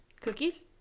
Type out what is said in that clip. Cookies